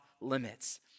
limits